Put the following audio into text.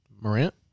Morant